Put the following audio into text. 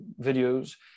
videos